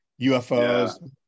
UFOs